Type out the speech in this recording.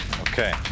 Okay